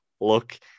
look